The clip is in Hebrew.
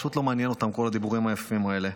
פשוט לא מעניין אותם כל הדיבורים היפים האלה.